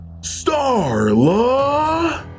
Starla